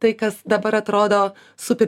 tai kas dabar atrodo super